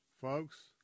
Folks